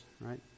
right